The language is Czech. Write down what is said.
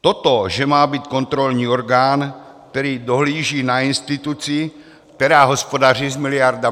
Toto že má být kontrolní orgán, který dohlíží na instituci, která hospodaří s miliardami?